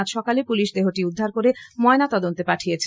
আজ সকালে পুলিশ দেহটি উদ্ধার করে ময়নাতদন্তে পাঠিয়েছে